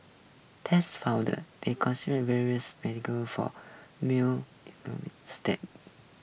tests found various medical for male